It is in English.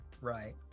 Right